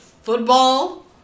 Football